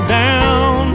down